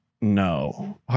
No